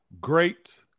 Great